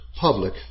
public